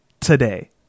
today